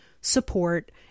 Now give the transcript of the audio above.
support